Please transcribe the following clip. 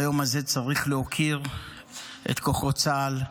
ביום הזה צריך להוקיר את כוחות צה"ל,